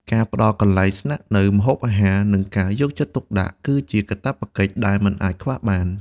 ការផ្ដល់កន្លែងស្នាក់នៅ ម្ហូបអាហារ និងការយកចិត្តទុកដាក់ គឺជាកាតព្វកិច្ចដែលមិនអាចខ្វះបាន។